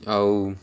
ଆଉ